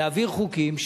להעביר חוקים,